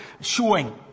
showing